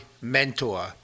mentor